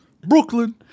Brooklyn